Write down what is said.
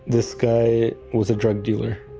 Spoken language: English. this guy was a drug dealer.